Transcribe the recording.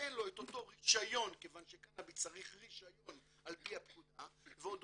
ייתן לו את אותו רישיון כיוון שקנאביס צריך רישיון על פי הפקודה ואת